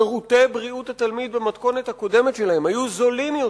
שירותי הבריאות לתלמיד במתכונת הקודמת שלהם היו זולים יותר,